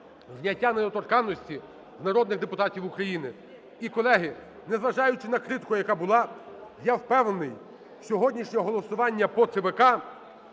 зняття недоторканності з народних депутатів України. І, колеги, незважаючи на критику, яка була, я впевнений, сьогоднішнє голосування по ЦВК